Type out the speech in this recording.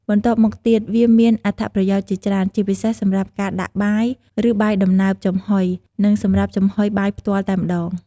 បន្ទាប់មកទៀតវាមានអត្ថប្រយោជន៍ជាច្រើន ជាពិសេសសម្រាប់ការដាក់បាយ ឬបាយដំណើបចំហុយ និងសម្រាប់ចំហុយបាយផ្ទាល់តែម្ដង។